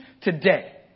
today